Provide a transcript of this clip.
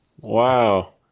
wow